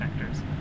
factors